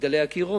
מגדלי אקירוב,